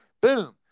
Boom